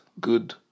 good